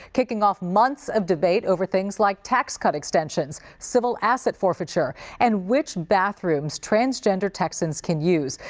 kicking off months of debate over things like tax cut extensions, civil asset forfeiture and which bathrooms transgender texans can use.